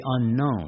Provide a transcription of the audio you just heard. unknown